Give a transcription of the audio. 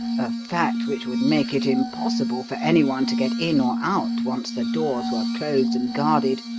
a fact which would make it impossible for anyone to get in or out once the doors were closed and guarded,